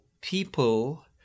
people